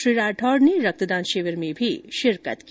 श्री राठौड़ ने रक्तदान शिविर में भी शिरकत की